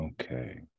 Okay